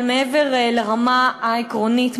אבל מעבר לרמה העקרונית,